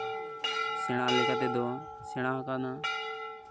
ᱥᱮᱬᱟ ᱞᱮᱠᱟ ᱛᱮᱫᱚ ᱥᱮᱬᱟᱣ ᱠᱟᱱᱟ